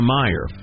Meyer